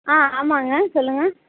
ஆ ஆமாங்க சொல்லுங்கள்